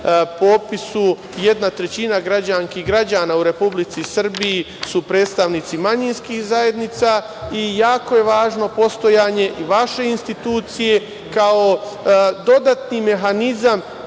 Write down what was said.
popisu jedna trećina građanki i građana u Republici Srbiji, su predstavnici manjinskih zajednica. Jako je važno i postojanje i vaše institucije, kao dodatni mehanizam